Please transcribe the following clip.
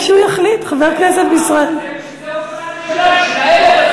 כשהוא יחליט, חבר הכנסת ישראל, בשביל זה, .